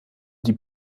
die